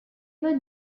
were